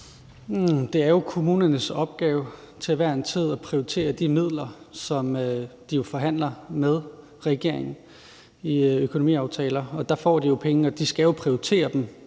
Det er jo kommunernes opgave til hver en tid at prioritere de midler, som de forhandler med regeringen i økonomiaftaler. Der får de jo pengene, og de skal prioritere dem